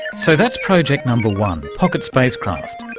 so that's project number one pocket spacecraft.